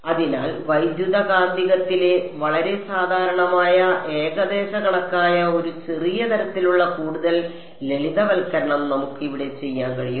അതിനാൽ വൈദ്യുതകാന്തികത്തിലെ വളരെ സാധാരണമായ ഏകദേശ കണക്കായ ഒരു ചെറിയ തരത്തിലുള്ള കൂടുതൽ ലളിതവൽക്കരണം നമുക്ക് ഇവിടെ ചെയ്യാൻ കഴിയും